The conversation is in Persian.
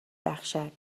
بخشد